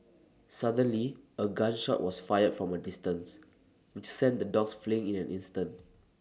suddenly A gun shot was fired from A distance which sent the dogs fleeing in an instant